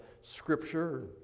scripture